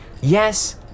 Yes